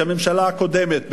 בממשלה הקודמת,